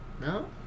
No